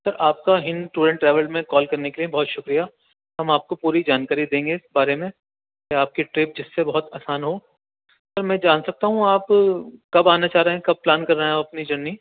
سر آپ کا Hind tour and travel میں کال کرنے کے لیے بہت شُکریہ ہم آپ کو پوری جانکاری دیں گے اِس بارے میں میں آپ کی ٹرپ جس سے بہت آسان ہو سر میں جان سکتا ہوں آپ کب آنا چاہ رہے ہیں کب پلان کر رہے ہیں اپنی جرنی